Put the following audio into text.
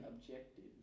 objective